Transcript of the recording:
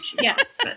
Yes